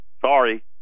Sorry